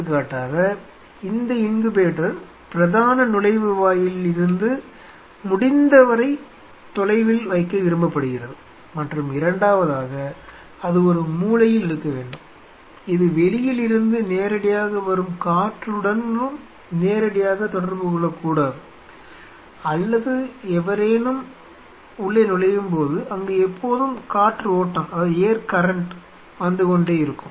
எடுத்துக்காட்டாக இந்த இன்குபேட்டர் பிரதான நுழைவு வாயிலில் இருந்து முடிந்தவரை தொலைவில் வைக்க விரும்பப்படுகிறது மற்றும் இரண்டாவதாக அது ஒரு மூலையில் இருக்க வேண்டும் இது வெளியில் இருந்து நேரடியாக வரும் காற்றுடன் நேரடியாக தொடர்பு கொள்ளக்கூடாது அல்லது எவரேனும் உள்ளே நுழையும்போது அங்கு எப்போதும் காற்று ஓட்டம் வந்துகொண்டே இருக்கும்